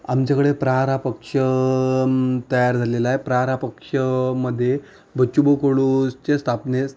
आमच्याकडे प्रहार हा पक्ष तयार झालेला आहे प्रहार हा पक्ष मध्ये बच्चूभाऊ कडूचे स्थापनेस